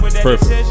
Perfect